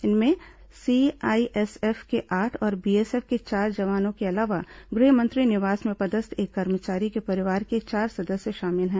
इनमें सीआईएसएफ के आठ और बीएसएफ के चार जवानों के अलावा गृह मंत्री निवास में पदस्थ एक कर्मचारी के परिवार के चार सदस्य शामिल हैं